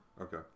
Okay